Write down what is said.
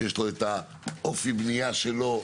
שיש לו את אופי הבנייה שלו,